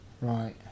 Right